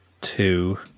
two